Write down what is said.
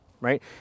right